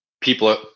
people